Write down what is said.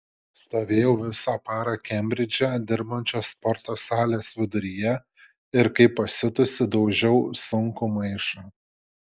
stovėjau visą parą kembridže dirbančios sporto salės viduryje ir kaip pasiutusi daužiau sunkų maišą